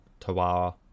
Tawara